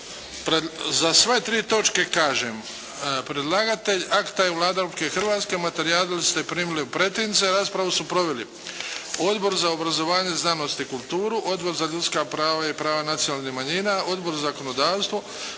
za sve tri točke kažem predlagatelj akta je Vlada Republike Hrvatske. Materijale ste primili u pretince. Raspravu su proveli Odbor za obrazovanje, znanost i kulturu, Odbor za ljudska prava i prava nacionalnih manjina, Odbor za zakonodavstvo,